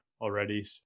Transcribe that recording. already